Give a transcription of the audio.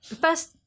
first